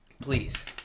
Please